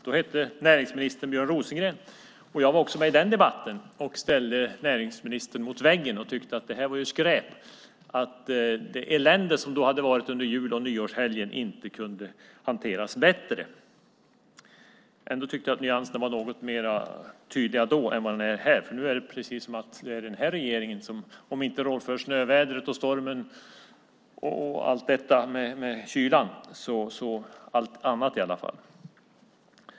Då hette näringsministern Björn Rosengren, och jag var också med i den debatten och ställde näringsministern mot väggen och tyckte att det var skräp att det elände som varit under jul och nyårshelgen inte kunde hanteras bättre. Ändå tyckte jag att nyanserna var något mer tydliga då än vad de är här, för nu är det precis som att det är den här regeringen som, om inte rår för snövädret och stormen och allt detta med kylan, så i alla fall allt annat.